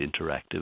interactive